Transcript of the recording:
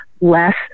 less